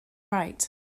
right